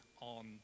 on